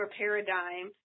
paradigm